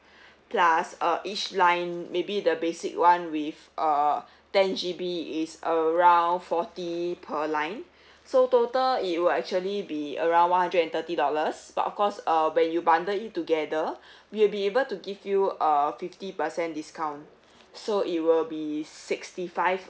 plus uh each line maybe the basic [one] with uh ten G_B is around forty per line so total it will actually be around one hundred and thirty dollars but of course uh when you bundle it together we'll be able to give you a fifty percent discount so it will be sixty five